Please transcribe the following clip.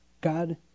God